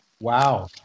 Wow